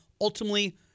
ultimately